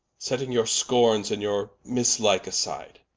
setting your skornes, and your mislike aside,